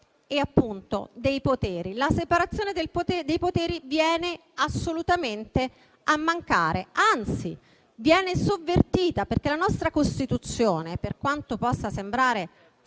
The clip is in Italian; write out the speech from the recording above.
parole e dei poteri. La separazione dei poteri viene assolutamente a mancare, anzi, viene sovvertita perché la nostra Costituzione, per quanto possa sembrare